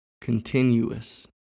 continuous